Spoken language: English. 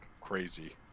crazy